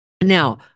Now